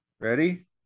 Ready